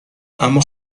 اما